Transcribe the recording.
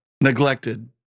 neglected